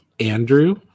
Andrew